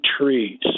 trees